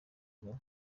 ghana